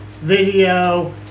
video